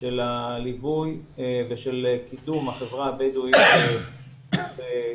של הליווי ושל קידום החברה הבדואית בדרום,